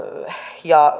ja